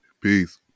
Peace